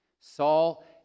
Saul